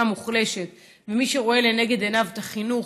מוחלשת ומי שרואה לנגד עיניו את החינוך,